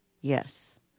Yes